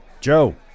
Joe